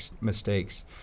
mistakes